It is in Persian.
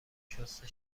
شسته